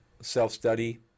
self-study